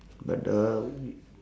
but uh